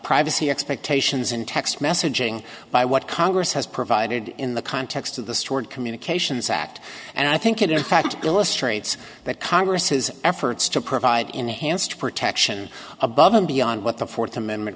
privacy expectations in text messaging by what congress has provided in the context of the stored communications act and i think it is a fact illustrates that congress has efforts to provide enhanced protection above and beyond what the fourth amendment